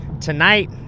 Tonight